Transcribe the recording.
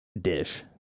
dish